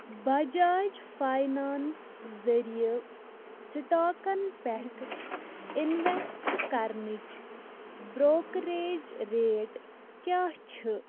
Bajaj finance ذٔریعہِ سِٹاکَن پٮ۪ٹھ اِنویٚسٹ کرنٕچ برٛوکریج ریٹ کیٛاہ چھِ